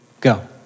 go